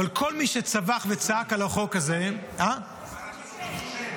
אבל כל מי שצעק וצווח על החוק הזה -- שר החינוך הכושל.